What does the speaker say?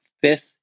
fifth